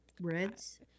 Reds